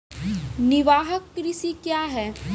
निवाहक कृषि क्या हैं?